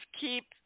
keep